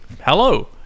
hello